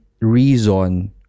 reason